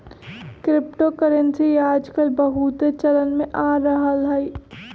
crypto currency याजकाल बहुते चलन में आ रहल हइ